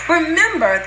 Remember